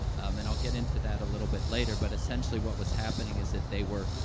and i'll get into that a little bit later, but essentially what was happening is that they were,